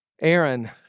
Aaron